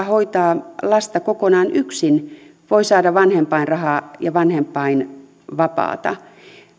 hoitaa lasta kokonaan yksin voi saada vanhempainrahaa ja vanhempainvapaata